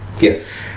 Yes